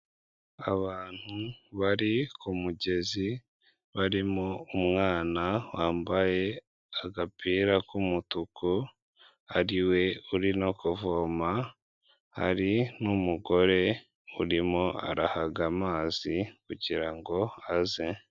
Abantu bari ku mugezi barimo umwana wambaye agapira k'umutuku ari we uri no kuvoma, hari n'umugore urimo arahaga amazi kugira ngo aze.